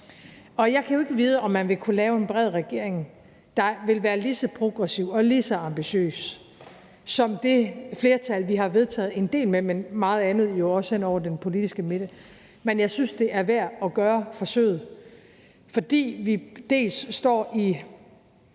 Og jeg kan jo ikke vide, om man vil kunne lave en bred regering, der vil være lige så progressiv og lige så ambitiøs som det flertal, vi har vedtaget en del med, men meget andet er jo også lavet hen over den politiske midte. Men jeg synes, det er værd at gøre forsøget, fordi vi står i